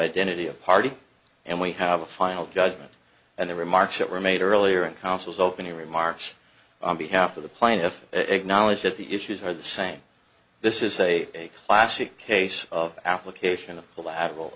identity of party and we have a final judgment and the remarks that were made earlier in counsel's opening remarks on behalf of the plaintiff acknowledge that the issues are the same this is a classic case of allocation of collateral